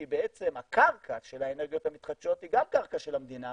כי בעצם הקרקע של האנרגיות המתחדשות היא גם קרקע של המדינה,